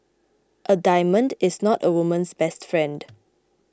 a diamond is not a woman's best friend